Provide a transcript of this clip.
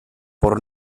por